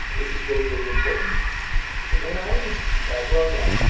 this is really, really important when i was growing up,